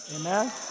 Amen